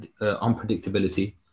unpredictability